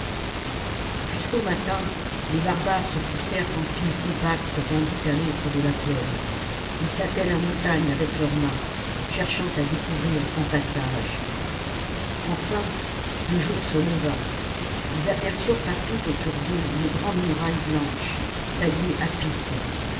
jusqu'au matin les barbares se poussèrent en files compactes d'un bout à l'autre de la plaine ils tâtaient la montagne avec leurs mains cherchant à découvrir un passage enfin le jour se leva ils aperçurent partout autour d'eux une grande muraille blanche taillée à pic